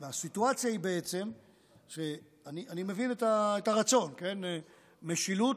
הסיטואציה היא, אני מבין את הרצון, משילות.